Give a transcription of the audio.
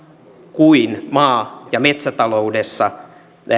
kuin maa ja metsätaloudessa